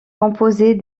composée